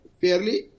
fairly